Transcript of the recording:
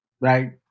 right